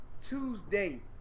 Tuesday